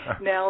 now